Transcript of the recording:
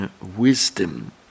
wisdom